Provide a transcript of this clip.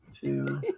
two